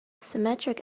symmetric